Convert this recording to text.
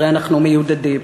הרי אנחנו מיודדים,